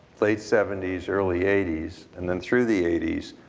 late seventy s, early eighty s and then through the eighty s,